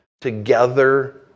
together